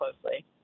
closely